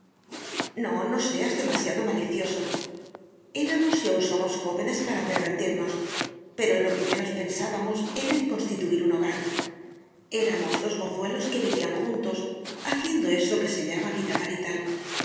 no no seas demasiado malicioso eramos y aún somos jóvenes para pervertirnos pero en lo que menos pensábamos era en constituir un hogar eramos dos mozuelos que vivían juntos haciendo eso que se llama vida marital